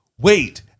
wait